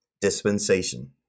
dispensation